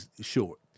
short